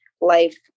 life